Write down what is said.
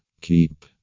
Keep